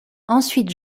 ensuite